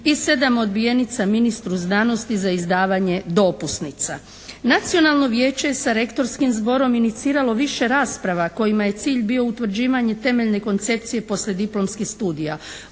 i 7 odbijenica ministru znanosti za izdavanje dopusnica. Nacionalno vijeće je sa rektorskim zborom iniciralo više rasprava kojima je cilj bio utvrđivanje temeljne koncepcije poslijediplomskih studija.